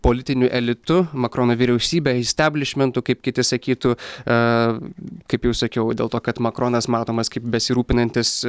politiniu elitu makrono vyriausybe isteblišmentu kaip kiti sakytų kaip jau sakiau dėl to kad makronas matomas kaip besirūpinantis